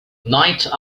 night